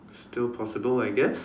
still possible I guess